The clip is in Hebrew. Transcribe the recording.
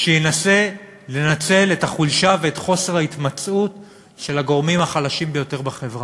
שינסה לנצל את החולשה ואת חוסר ההתמצאות של הגורמים החלשים ביותר בחברה.